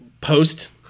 post –